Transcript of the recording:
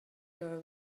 your